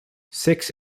six